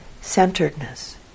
centeredness